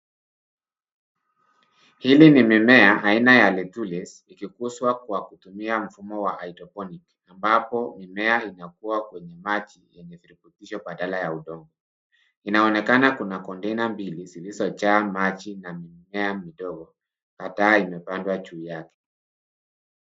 Hili ni mimea aina ya lettuce ikikuzwa kwa kutumia mfumo wa hydroponic ambapo mimea inakua kwenye maji yenye virutubisho badala ya udongo. Inaonekana kuna kontena mbili zilizojaa maji na mimea midogo kadhaa imepandwa juu yake.